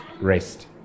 rest